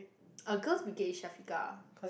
uh girls brigade is Shafiqah